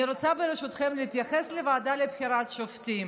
אני רוצה, ברשותכם, להתייחס לוועדה לבחירת שופטים.